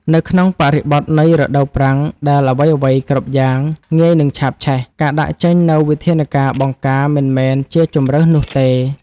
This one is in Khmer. នៅក្នុងបរិបទនៃរដូវប្រាំងដែលអ្វីៗគ្រប់យ៉ាងងាយនឹងឆាបឆេះ ការដាក់ចេញនូវវិធានការបង្ការមិនមែនជាជម្រើសនោះទេ។